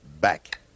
back